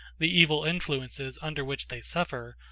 the evil influences under which they suffer,